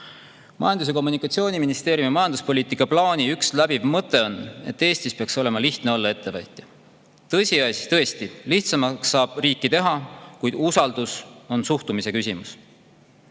Majandus- ja Kommunikatsiooniministeeriumi majanduspoliitika plaani läbiv mõte on, et Eestis peaks olema lihtne olla ettevõtja. Tõesti, lihtsamaks saab riiki teha, kuid usaldus on suhtumise küsimus.